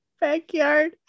backyard